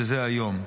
שזה היום.